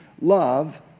love